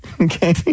Okay